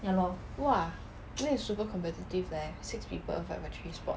!wah! then that's super competitive leh six people fight for three spots